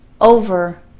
over